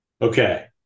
Okay